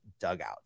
dugout